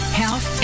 health